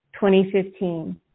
2015